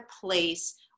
place